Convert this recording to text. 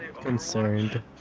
Concerned